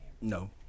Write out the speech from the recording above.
no